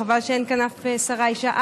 חבל שאין כאן אף שרה אישה,